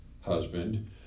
husband